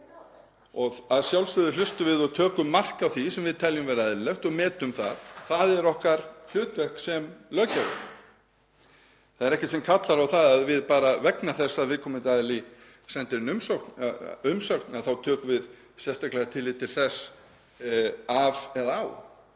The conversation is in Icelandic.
Að sjálfsögðu hlustum við og tökum mark á því sem við teljum vera eðlilegt og metum það. Það er okkar hlutverk sem löggjafa. Það er ekkert sem kallar á það að bara vegna þess að viðkomandi aðili sendir inn umsögn þá tökum við sérstaklega tillit til þess af eða á.